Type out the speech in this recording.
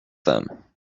them